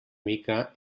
mica